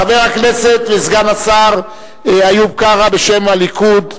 חבר הכנסת וסגן השר איוב קרא, בשם הליכוד.